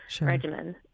regimen